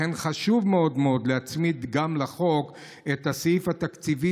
לכן חשוב מאוד מאוד להצמיד לחוק את הסעיף התקציבי,